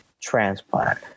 transplant